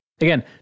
Again